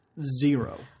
zero